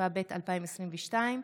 התשפ"ב 2022,